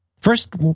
first